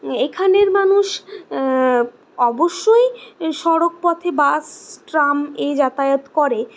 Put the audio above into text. এখানের মানুষ অবশ্যই সড়কপথে বাস ট্রামে যাতায়াত করে